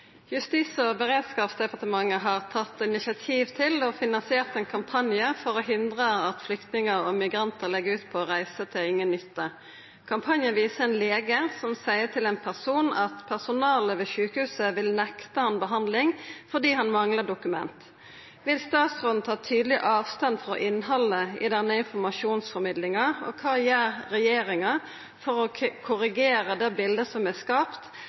og beredskapsdepartementet har tatt initiativ til og finansiert ein kampanje for å hindre at flyktningar og migrantar legg ut på reise til ingen nytte. Kampanjen viser ein lege som seier til ein person at personalet ved sjukehuset vil nekte han behandling fordi han manglar dokument. Vil statsråden ta tydeleg avstand frå innhaldet i denne informasjonsformidlinga, og kva gjer regjeringa for å korrigere det bildet som er skapt